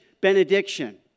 benediction